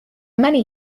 many